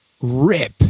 rip